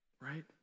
right